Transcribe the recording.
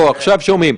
עכשיו שומעים.